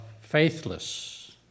faithless